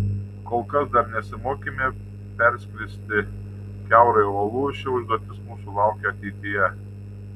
kol kas dar nesimokėme perskristi kiaurai uolų ši užduotis mūsų laukia ateityje